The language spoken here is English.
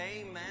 Amen